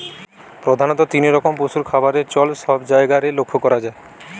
প্রধাণত তিন রকম পশুর খাবারের চল সব জায়গারে লক্ষ করা যায়